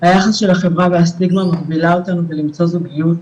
היחס של החברה והסטיגמה מגבילה אותנו בלמצוא זוגיות,